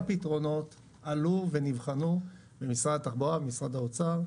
כל הפתרונות עלו ונבחנו במשרד התחבורה ובמשרד האוצר.